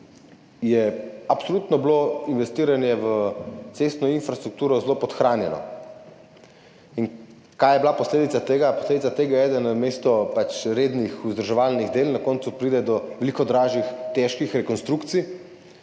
2017 investiranje v cestno infrastrukturo absolutno zelo podhranjeno. In kaj je posledica tega? Posledica tega je, da namesto rednih vzdrževalnih del na koncu pride do veliko dražjih, težkih rekonstrukcij